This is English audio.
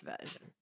version